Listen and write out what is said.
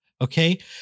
Okay